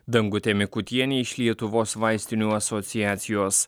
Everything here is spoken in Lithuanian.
dangutė mikutienė iš lietuvos vaistinių asociacijos